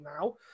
now